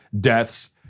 deaths